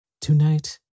Tonight